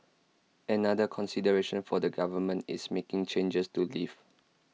another consideration for the government is making changes to leave